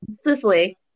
Swiftly